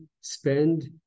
spend